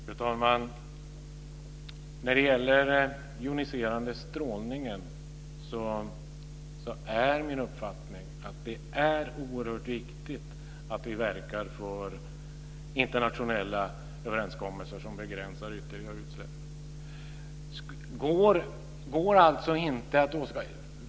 Fru talman! När det gäller joniserande strålning är det min uppfattning att det är oerhört viktigt att vi verkar för internationella överenskommelser som begränsar ytterligare utsläpp.